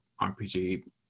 rpg